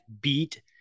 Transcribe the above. beat